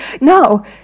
No